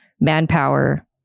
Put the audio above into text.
manpower